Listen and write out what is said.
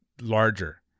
larger